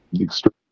Extreme